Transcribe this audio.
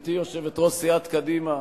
גברתי יושבת-ראש סיעת קדימה,